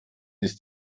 ist